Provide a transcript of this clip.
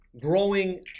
growing